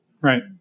Right